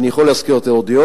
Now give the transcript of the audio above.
אני יכול להזכיר את הרודיון,